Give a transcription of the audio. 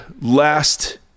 last